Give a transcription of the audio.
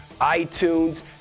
iTunes